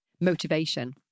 motivation